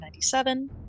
1997